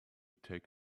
take